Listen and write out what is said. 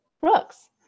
Brooks